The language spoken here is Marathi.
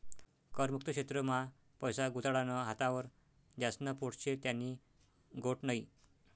कर मुक्त क्षेत्र मा पैसा गुताडानं हातावर ज्यास्न पोट शे त्यानी गोट नै